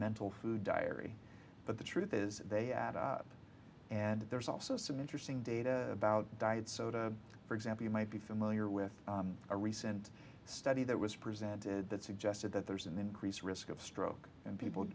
mental food diary but the truth is they add up and there's also some interesting data about diet soda for example you might be familiar with a recent study that was presented that suggested that there's an increased risk of stroke in people